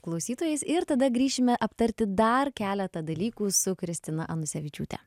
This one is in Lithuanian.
klausytojais ir tada grįšime aptarti dar keletą dalykų su kristina anusevičiūtė